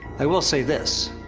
i will say this.